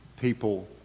people